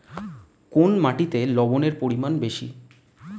কোন মাটিতে লবণের পরিমাণ বেশি?